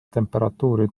temperatuuri